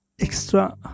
extra